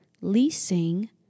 leasing